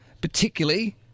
particularly